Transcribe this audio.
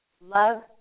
love